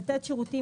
לתת שירותים,